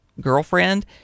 girlfriend